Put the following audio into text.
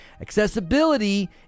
Accessibility